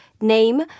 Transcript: name